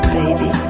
baby